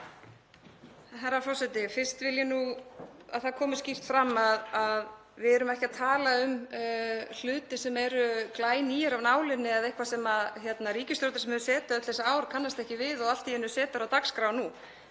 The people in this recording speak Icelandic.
Herra forseti. Fyrst vil ég að það komi skýrt fram að við erum ekki að tala um hluti sem eru glænýir af nálinni eða eitthvað sem ríkisstjórnin sem hefur setið öll þessi ár kannast ekki við og allt í einu setur á dagskrá nú.